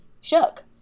shook